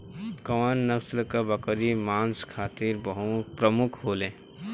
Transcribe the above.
कउन नस्ल के बकरी मांस खातिर प्रमुख होले?